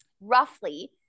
roughly